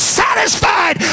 satisfied